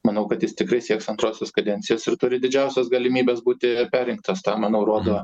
manau kad jis tikrai sieks antrosios kadencijos ir turi didžiausias galimybes būti perrinktas tą manau rodo